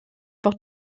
nicht